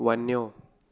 वञो